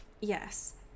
Yes